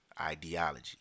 ideology